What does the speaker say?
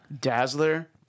Dazzler